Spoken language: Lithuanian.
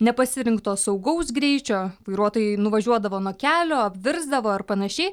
nepasirinkto saugaus greičio vairuotojai nuvažiuodavo nuo kelio apvirsdavo ar panašiai